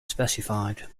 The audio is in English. specified